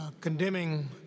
condemning